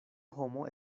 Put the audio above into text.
homo